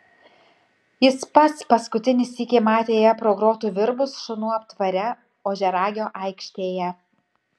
jis pats paskutinį sykį matė ją pro grotų virbus šunų aptvare ožiaragio aikštėje